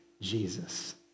Jesus